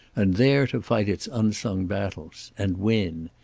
and there to fight its unsung battles. and win.